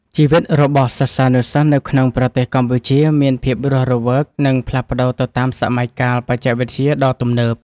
ជីវិតរបស់សិស្សានុសិស្សនៅក្នុងប្រទេសកម្ពុជាមានភាពរស់រវើកនិងផ្លាស់ប្តូរទៅតាមសម័យកាលបច្ចេកវិទ្យាដ៏ទំនើប។